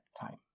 time